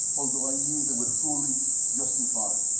although i knew they were fully justified.